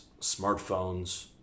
smartphones